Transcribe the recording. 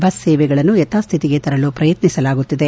bus ಸೇವೆಗಳನ್ನು ಯಥಾಸ್ತಿತಿಗೆ ತರಲು ಪ್ರಯತ್ಯಿಸಲಾಗುತ್ತಿದೆ